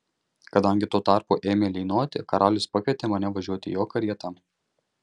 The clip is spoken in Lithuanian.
kadangi tuo tarpu ėmė lynoti karalius pakvietė mane važiuoti jo karieta